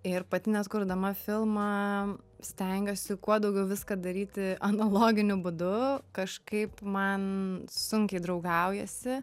ir pati nes kurdama filmą stengiuosi kuo daugiau viską daryti analoginiu būdu kažkaip man sunkiai draugaujasi